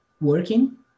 working